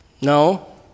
No